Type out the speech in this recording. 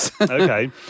Okay